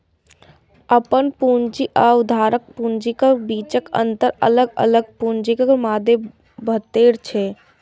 अपन पूंजी आ उधारक पूंजीक बीचक अंतर अलग अलग पूंजीक मादे बतबै छै